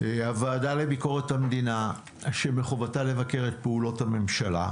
כוועדה לביקורת המדינה שמחובתה לבקר את פעולות הממשלה,